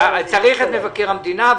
צריך את מבקר המדינה,